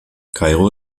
kairo